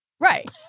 right